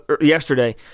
yesterday